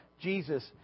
Jesus